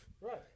Right